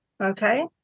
okay